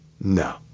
No